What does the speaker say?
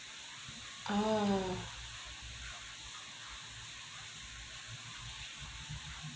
uh